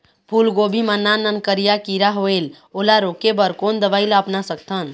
फूलगोभी मा नान नान करिया किरा होयेल ओला रोके बर कोन दवई ला अपना सकथन?